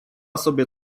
sobie